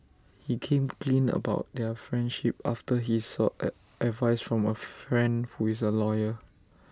he came clean about their friendship after he sought at advice from A friend who is A lawyer